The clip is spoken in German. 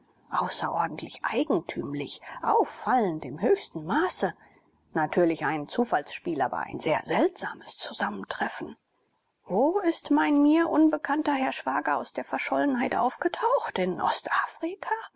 außerordentlich eigentümlich auffallend im höchsten maße natürlich ein zufallsspiel aber ein sehr seltsames zusammentreffen wo ist mein mir unbekannter herr schwager aus der verschollenheit aufgetaucht in ostafrika